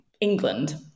England